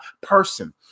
person